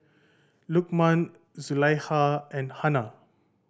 Lukman Zulaikha and Hana